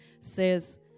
says